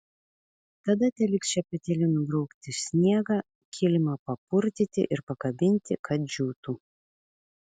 tada teliks šepetėliu nubraukti sniegą kilimą papurtyti ir pakabinti kad džiūtų